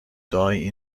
die